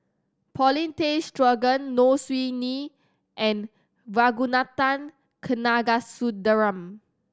Paulin Tay Straughan Low Siew Nghee and Ragunathar Kanagasuntheram